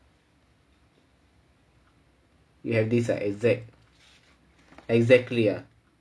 you have these are exact exactly ah